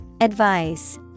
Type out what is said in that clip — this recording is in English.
Advice